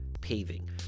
Paving